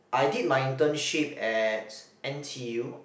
I did my internship at N_T_U